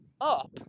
up